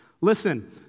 Listen